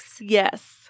Yes